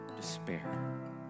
despair